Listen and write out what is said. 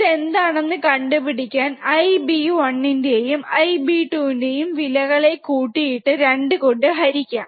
ഇത് എന്താണെന്ന് കണ്ടുപിടിക്കാൻ IB1 ന്റെയും IB2 ന്റെയും വിലകളെ കൂട്ടിയിട്ടട് 2 കൊണ്ട് ഹരിക്കാം